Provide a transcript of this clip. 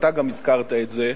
גם אתה הזכרת את זה,